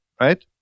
right